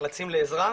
ונחלצים לעזרה.